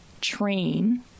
train